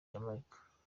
jamaica